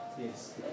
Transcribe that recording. Yes